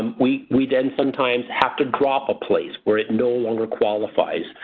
um we we then sometimes have to drop a place where it no longer qualifies.